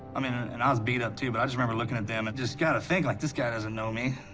i mean and i was beat up too, but i just remember looking at them, and just gotta think, like, this guy doesn't know me.